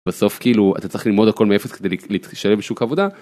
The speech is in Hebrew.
בסוף כאילו אתה צריך ללמוד הכל מאפס כדי להשתלב בשוק עבודה.